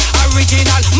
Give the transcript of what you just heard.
original